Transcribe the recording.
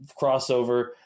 crossover